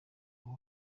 aho